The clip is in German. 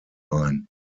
ein